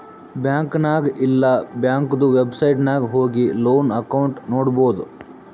bank ನಾಗ್ ಇಲ್ಲಾ ಬ್ಯಾಂಕ್ದು ವೆಬ್ಸೈಟ್ ನಾಗ್ ಹೋಗಿ ಲೋನ್ ಅಕೌಂಟ್ ನೋಡ್ಬೋದು